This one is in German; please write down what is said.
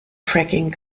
fracking